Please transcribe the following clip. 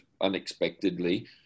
unexpectedly